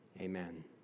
amen